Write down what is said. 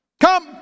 Come